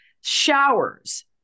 Showers